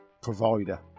provider